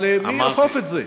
אבל מי יאכוף את זה?